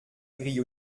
grille